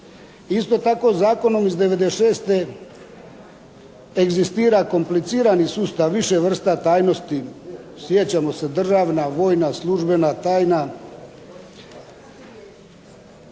Isto tako zakonom iz 96. egzistira komplicirani sustav više vrsta tajnosti, sjećamo se državna, vojna, službena tajna,